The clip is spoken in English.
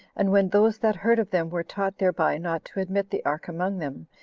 and when those that heard of them were taught thereby not to admit the ark among them,